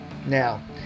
Now